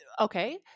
Okay